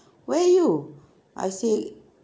where you I say